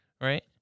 right